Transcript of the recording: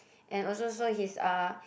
and also so his uh